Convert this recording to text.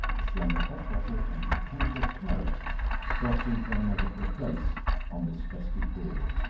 a slender hock bottle, and a decanter of claret jostled one another for a place on this festive board.